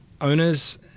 owners